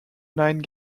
nine